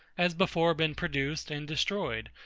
has before been produced and destroyed,